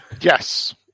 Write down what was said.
Yes